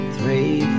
Three